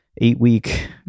eight-week